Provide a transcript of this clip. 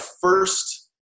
first